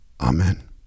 Amen